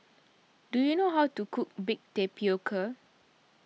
do you know how to cook Baked Tapioca